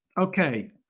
okay